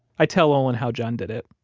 i tell olin how john did it.